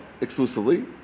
exclusively